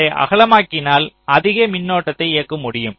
அதை அகலமாக்கினால் அதிக மின்னோட்டத்தை இயக்க முடியும்